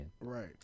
Right